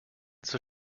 zur